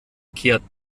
kehrt